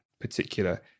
particular